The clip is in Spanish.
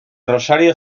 rosario